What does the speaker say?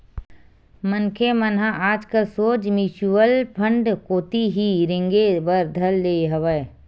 मनखे मन ह आजकल सोझ म्युचुअल फंड कोती ही रेंगे बर धर ले हवय